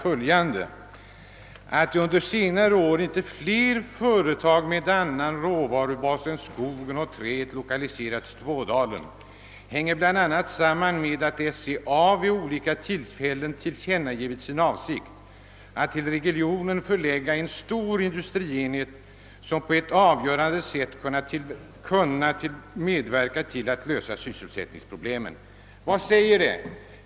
Det heter: »Att under senare år inte fler företag med annan råvarubas än skogen och träet lokaliserats till Ådalen hänger bl.a. samman med att SCA vid olika tillfällen tillkännagivit sin avsikt att till regionen förlägga en stor industrienhet som på ett avgörande sätt skulle kunna medverka till att lösa sysselsättningsproblemen.» Vad säger detta?